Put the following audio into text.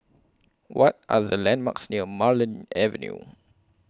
What Are The landmarks near Marlene Avenue